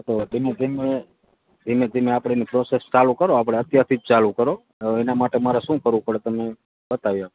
તો ધીમે ધીમે ધીમે ધીમે આપણે એની પ્રોસેસ ચાલું કરો આપણે અત્યારથી જ ચાલું કરો એના માટે મારે શું કરવું પડે તમે બતાવી આપો